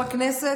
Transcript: יו"ר הישיבה,